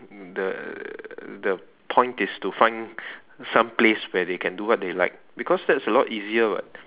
the the point is to find some place where they can do what they like because that's a lot easier [what]